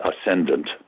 ascendant